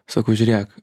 sakau žiūrėk